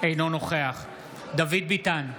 אינו נוכח דוד ביטן,